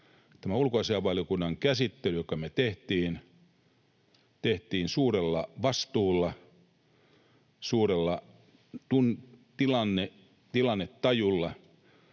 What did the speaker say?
tämä ulkoasiainvaliokunnan käsittely, joka me tehtiin, tehtiin suurella vastuulla, suurella tilannetajulla